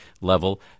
level